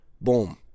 boom